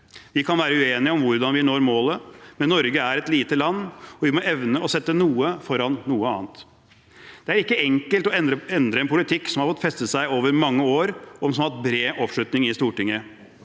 Vi kan være uenige om hvordan vi når målet, men Norge er et lite land, og vi må evne å sette noe foran noe annet. Det er ikke enkelt å endre en politikk som har fått feste seg over mange år, og som har hatt bred oppslutning i Stortinget.